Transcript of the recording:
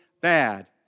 bad